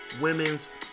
women's